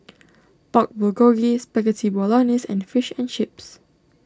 Pork Bulgogi Spaghetti Bolognese and Fish and Chips